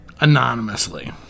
anonymously